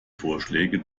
vorschläge